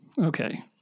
Okay